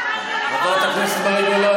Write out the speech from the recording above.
חברת הכנסת מאי גולן,